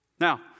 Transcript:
Now